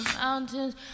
mountains